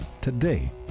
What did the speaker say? today